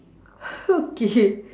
okay